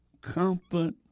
comfort